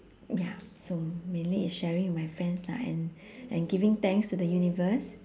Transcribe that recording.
ya so mainly is sharing with my friends lah and and giving thanks to the universe